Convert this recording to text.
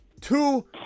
two